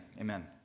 Amen